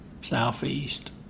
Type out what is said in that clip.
southeast